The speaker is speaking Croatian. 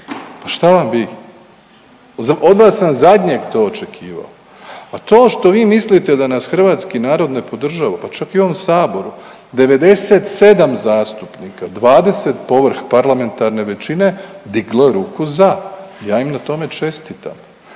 Pa šta vam bi? Od vas sam zadnjeg to očekivao. A to što vi mislite da nas hrvatski narod ne podržava pa čak i u ovom saboru 97 zastupnika, 20 povrh parlamentarne većine diglo je ruku za. Ja im na tome čestitam.